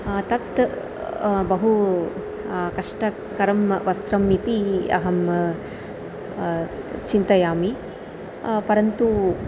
तत् बहु कष्टकरं वस्त्रम् इति अहं चिन्तयामि परन्तु